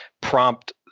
prompt